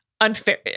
unfair